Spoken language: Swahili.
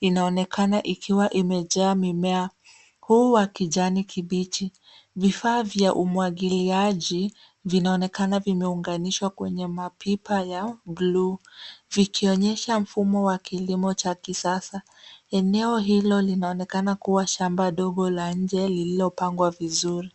inaonekana ikiwa imejaa mimea huu wa kijani kibichi. Vifaa vya umwagiliaji vinaonekana vimeunganishwa kwenye mapipa ya bluu vikionyesha mfumo wa kilimo cha kisasa. Eneo hilo linaonekana kuwa shamba dogo la nje lililopangwa vizuri.